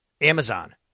Amazon